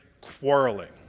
quarreling